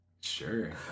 Sure